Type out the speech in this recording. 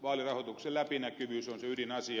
vaalirahoituksen läpinäkyvyys on se ydinasia